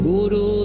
Guru